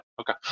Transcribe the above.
Okay